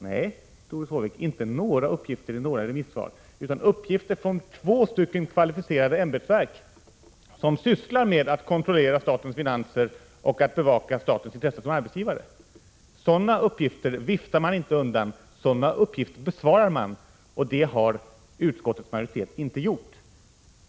Nej, Doris Håvik, inte några uppgifter i några remissvar, utan uppgifter från två kvalificerade ämbetsverk, som sysslar med att kontrollera statens finanser och att bevaka statens intresse som arbetsgivare. Sådana uppgifter viftar man inte undan. Sådana uppgifter bemöter man. Det har utskottets majoritet inte gjort.